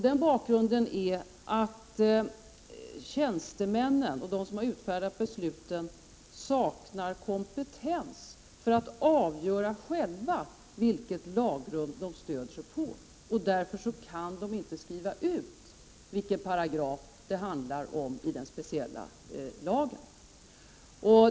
Den bakgrunden är att tjänstemännen och de som har utfärdat besluten saknar kompetens för att själva avgöra vilket lagrum de stöder sig på, och därför kan de inte skriva ut vilken paragraf det handlar om i den speciella lagen.